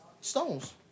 Stones